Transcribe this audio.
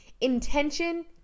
Intention